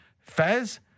Fez